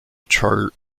chart